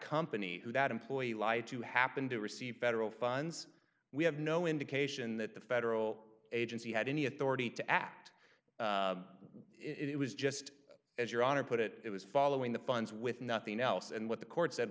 company who that employee lied to happened to receive federal funds we have no indication that the federal agency had any authority to act it was just as your honor put it it was following the funds with nothing else and what the court said